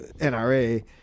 NRA